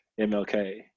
MLK